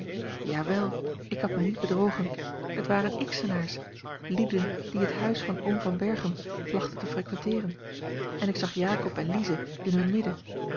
wel ik had mij niet bedrogen het waren xenaars lieden die het huis van oom van berchem plachten te frequenteeren en ik zag jakob en lize in hun midden